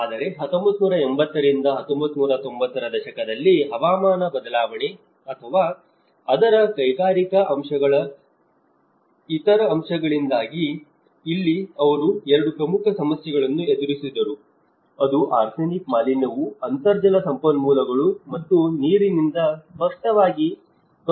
ಆದರೆ 1980 ರಿಂದ 1990 ರ ದಶಕದಲ್ಲಿ ಹವಾಮಾನ ಬದಲಾವಣೆ ಅಥವಾ ಅದರ ಕೈಗಾರಿಕಾ ಅಂಶಗಳ ಇತರ ಅಂಶಗಳಿಂದಾಗಿ ಇಲ್ಲಿ ಅವರು 2 ಪ್ರಮುಖ ಸಮಸ್ಯೆಗಳನ್ನು ಎದುರಿಸಿದರು ಒಂದು ಆರ್ಸೆನಿಕ್ ಮಾಲಿನ್ಯವು ಅಂತರ್ಜಲ ಸಂಪನ್ಮೂಲಗಳು ಮತ್ತು ನೀರಿನಿಂದ ಸ್ಪಷ್ಟವಾಗಿ ಕಂಡುಬರುತ್ತದೆ